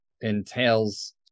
entails